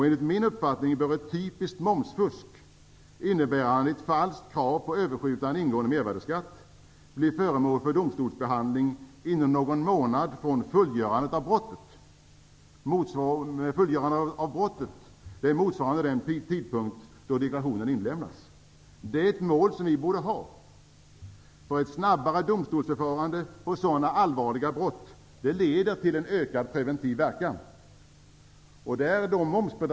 Enligt min uppfattning bör ett typiskt momsfusk, innebärande ett falskt krav på överskjutande ingående mervärdesskatt, bli föremål för domstolsbehandling inom någon månad från fullgörandet av brottet, vilket motsvarar den tidpunkt då deklarationen inlämnades. Det är ett mål som vi borde ställa upp. Ett snabbare domstolsförfarande när det gäller så allvarliga brott leder till en ökad preventiv verkan. Herr talman!